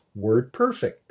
WordPerfect